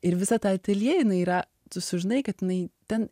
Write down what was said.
ir visa ta ateljė jinai yra tu sužinai kad jinai ten